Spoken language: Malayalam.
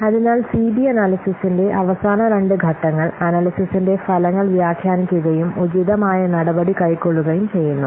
അതിനാൽ സിബി അനല്യ്സിസിന്റെ അവസാന രണ്ട് ഘട്ടങ്ങൾ അനല്യ്സിസിന്റെ ഫലങ്ങൾ വ്യാഖ്യാനിക്കുകയും ഉചിതമായ നടപടി കൈക്കൊള്ളുകയും ചെയ്യുന്നു